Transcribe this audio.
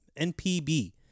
NPB